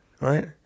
right